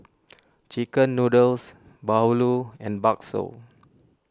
Chicken Noodles Bahulu and Bakso